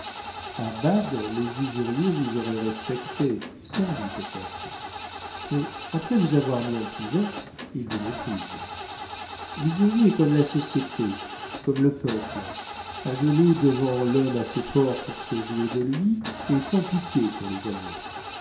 a bade les usuriers vous auraient respecté servi peut-être mais après vous avoir mis en prison ils vous méprisent l'usurier est comme la société comme le peuple à genoux devant l'homme assez fort pour se jouer de lui et sans pitié pour les agneaux